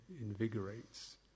invigorates